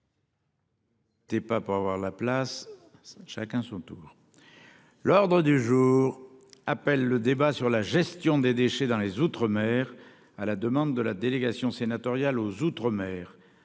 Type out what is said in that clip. L'ordre du jour appelle le débat sur la gestion des déchets dans les outre-mer à la demande de la délégation sénatoriale aux outre-mer.